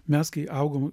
mes kai augom